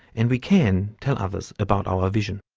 and we can tell others about our vision.